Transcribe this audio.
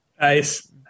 Nice